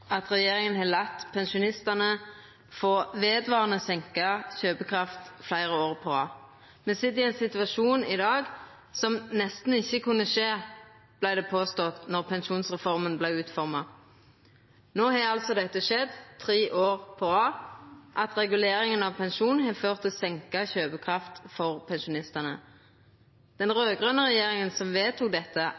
at regjeringa har late pensjonistane få vedvarande senka kjøpekraft fleire år på rad. Me er i dag i ein situasjon som nesten ikkje kunne skje, vart det påstått då pensjonsreforma vart utforma. No har det tre år på rad skjedd at reguleringa av pensjonen har ført til senka kjøpekraft for pensjonistane. Den raud-grøne regjeringa som vedtok dette,